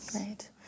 Right